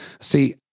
see